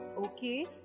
Okay